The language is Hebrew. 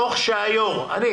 תוך שהיום אני